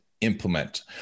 implement